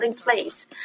place